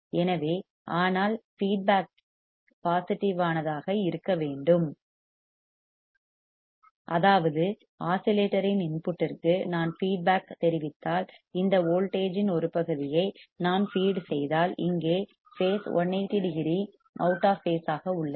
எனவே ஆனால் feedback positive ஆனதாக இருக்க வேண்டும் அதாவது ஆஸிலேட்டரின் இன்புட்டிற்கு நான் ஃபீட்பேக் தெரிவித்தால் இந்த வோல்டேஜ் இன் ஒரு பகுதியை நான் ஃபீட் செய்தால் இங்கே phase 180 degree out of phase ஆக உள்ளது